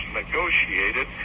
negotiated